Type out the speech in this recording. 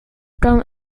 kan